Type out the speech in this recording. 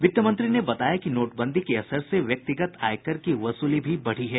वित्त मंत्री ने बताया कि नोटबंदी के असर से व्यक्तिगत आयकर की वसूली भी बढ़ी है